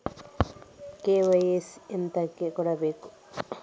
KYC ಎಂತಕೆ ಕೊಡ್ಬೇಕು?